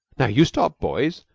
now you stop, boys,